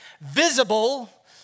visible